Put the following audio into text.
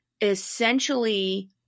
essentially